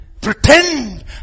pretend